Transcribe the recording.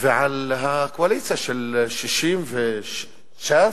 ועל הקואליציה של 60, וש"ס.